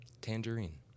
Tangerine